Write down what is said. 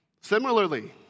Similarly